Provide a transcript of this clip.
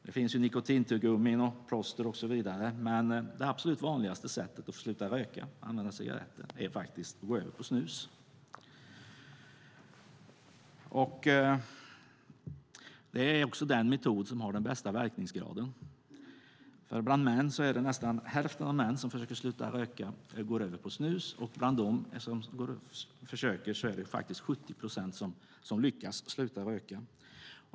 Det finns nikotintuggummin, plåster och så vidare, men det absolut vanligaste sättet att sluta röka, att sluta använda cigaretter, är faktiskt att gå över till snus. Det är också den metod som har den bästa verkningsgraden. Bland män är det nästan hälften av dem som försöker sluta röka som går över till snus, och av dem som försöker är det 70 procent som lyckas sluta röka.